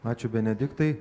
ačiū benediktai